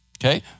Okay